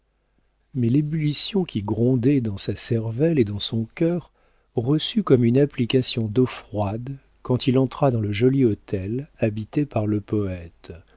mais l'ébullition qui grondait dans sa cervelle et dans son cœur reçut comme une application d'eau froide quand il entra dans le joli hôtel habité par le poëte